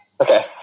Okay